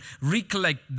recollect